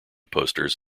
posters